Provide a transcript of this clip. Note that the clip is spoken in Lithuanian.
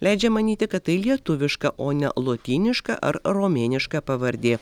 leidžia manyti kad tai lietuviška o ne lotyniška ar romėniška pavardė